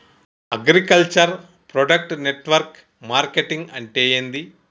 Agriculture product network marketing అంటే ఏంది?